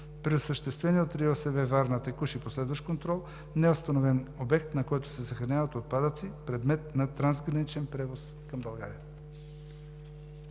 при осъществени от РИОСВ – Варна, текущ и последващ контрол, не е установен обект, на който се съхраняват отпадъци, предмет на трансграничен превоз към България.